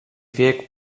wiek